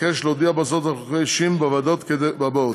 אבקש להודיע בזאת על חילופי אישים בוועדות כדלקמן,